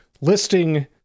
listing